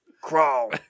Crawl